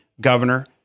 governor